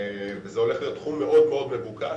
וזה הולך להיות תחום מאוד מבוקש.